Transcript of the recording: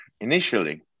initially